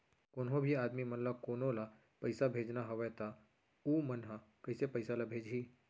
कोन्हों भी आदमी मन ला कोनो ला पइसा भेजना हवय त उ मन ह कइसे पइसा ला भेजही?